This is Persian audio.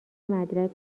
مدرک